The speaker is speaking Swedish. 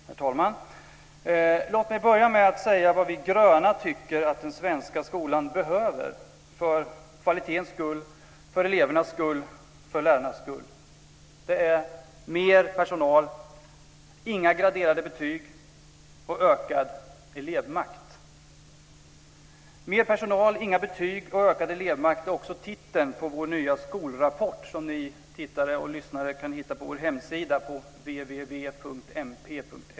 Herr talman! Låt mig börja med att säga vad vi gröna tycker att den svenska skolan behöver, för kvalitetens skull, för elevernas skull och för lärarnas skull. Det är mer personal, inga graderade betyg och ökad elevmakt. Mer personal, inga betyg och ökad elevmakt är också titeln på vår nya skolrapport, som ni, tittare och lyssnare, kan hitta på vår hemsida, www.mp.se.